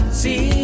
see